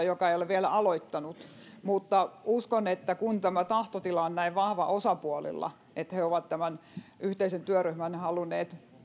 joka ei ole vielä aloittanut työskentelyn nopeutta mutta uskon että kun tämä tahtotila on osapuolilla näin vahva että he ovat tämän yhteisen työryhmän halunneet